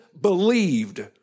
believed